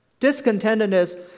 Discontentedness